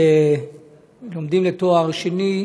שלומדים לתואר שני,